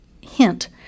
hint